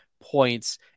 points